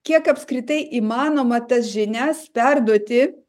kiek apskritai įmanoma tas žinias perduoti